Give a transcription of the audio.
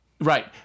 Right